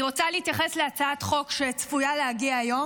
אני רוצה להתייחס להצעת חוק שצפויה להגיע היום,